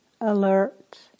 alert